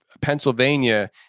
Pennsylvania